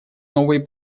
новые